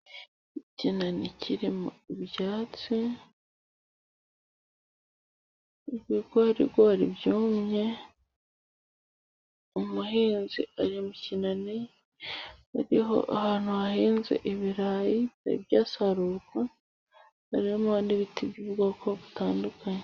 Ikinani kirimo ibyatsi, ibigorigori byumye, umuhinzi ari mu kinani, ariho ahantu hahinze ibirayi, bitari byasarurwa, harimo n'ibiti by'ubwoko butandukanye.